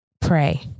pray